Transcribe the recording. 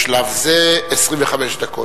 בשלב זה, 25 דקות.